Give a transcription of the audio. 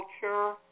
culture